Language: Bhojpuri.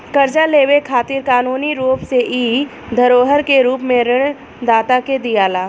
कर्जा लेवे खातिर कानूनी रूप से इ धरोहर के रूप में ऋण दाता के दियाला